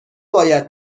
باید